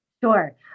Sure